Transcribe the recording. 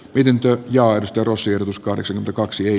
pidentyy ja aids perussijoitus kahdeksan kaksi